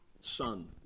son